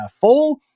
full